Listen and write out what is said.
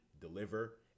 deliver